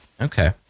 Okay